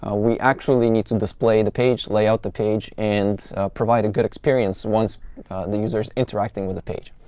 ah we actually need to display the page layout, the page, and provide a good experience once the user is interacting with the page.